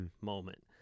moment